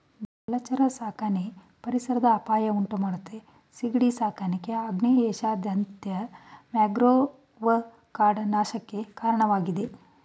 ಜಲಚರ ಸಾಕಣೆ ಪರಿಸರದ ಅಪಾಯ ಉಂಟುಮಾಡ್ತದೆ ಸೀಗಡಿ ಸಾಕಾಣಿಕೆ ಆಗ್ನೇಯ ಏಷ್ಯಾದಾದ್ಯಂತ ಮ್ಯಾಂಗ್ರೋವ್ ಕಾಡು ನಾಶಕ್ಕೆ ಕಾರಣವಾಗಿದೆ